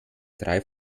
drei